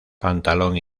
pantalón